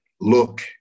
look